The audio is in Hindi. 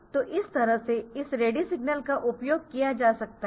तो इस तरह से इस रेडी सिग्नल का उपयोग किया जा सकता है